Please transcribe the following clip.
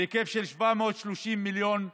בהיקף של 730 מיליון שקלים,